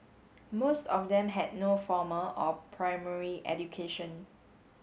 most of them had no formal or primary education